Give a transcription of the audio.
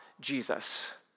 Jesus